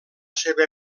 seva